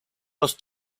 los